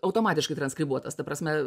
automatiškai transkribuotas ta prasme